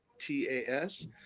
T-A-S